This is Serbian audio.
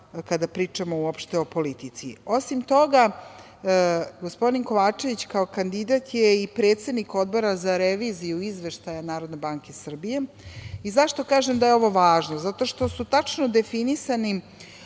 kada pričamo uopšte o politici. Osim toga, gospodin Kovačević kao kandidat je i predsednik Odbora za reviziju izveštaja Narodne banke Srbije.Zašto kažem da je ovo važno? Zato što su tačno definisane